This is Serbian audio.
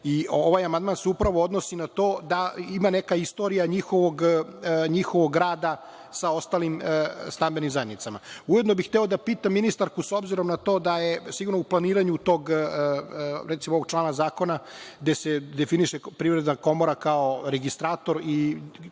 toga. Ovaj amandman se upravo odnosi na to da ima neka istorija njihovog rada sa ostalim stambenim zajednicama. Ujedno bih hteo da pitam ministarku, s obzirom na to da je u planiranju ovog člana zakona, gde se definiše Privredna komora kao registrator i